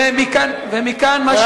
ומכאן מה,